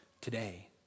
Today